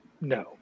no